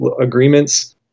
agreements